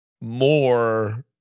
more